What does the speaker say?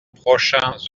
prochains